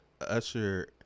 Usher